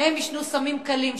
שניהם עישנו סמים קלים,